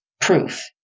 proof